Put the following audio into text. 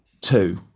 Two